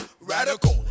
Radical